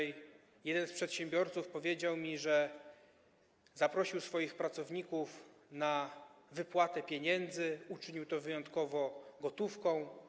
Jeden z przedsiębiorców powiedział mi, że zaprosił swoich pracowników, by wypłacić im pieniądze i uczynił to wyjątkowo gotówką.